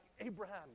Abraham